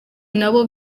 nabo